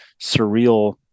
surreal